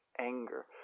anger